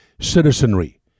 citizenry